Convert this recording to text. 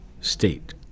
state